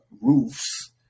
roofs